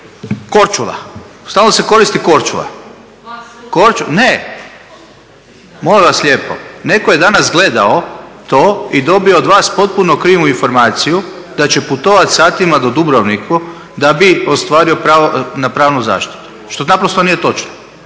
Korčula. … /Upadica se ne razumije./… Ne, molim vas lijepo. Netko je danas gledao to i dobio od vas potpuno krivu informaciju da će putovati satima do Dubrovnika da bi ostvario pravo na pravnu zaštitu. Što naprosto nije točno!